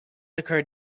occurred